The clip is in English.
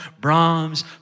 Brahms